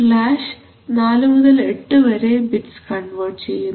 flash 4 മുതൽ 8 വരെ bits convert ചെയ്യുന്നു